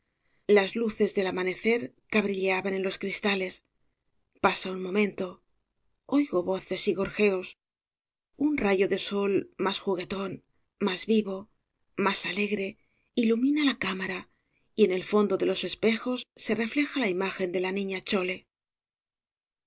las luces del amanecer cabrilleaban en los cristales pasa un momento oigo voces y gorjeos un rayo de sol más juguetón más vivo más alegre ilumina la cámara y en el fondo de los espejos se refleja la imagen de la niña chole